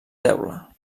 teula